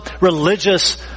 religious